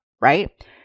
right